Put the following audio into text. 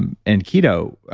and and keto,